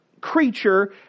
creature